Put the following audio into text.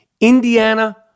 Indiana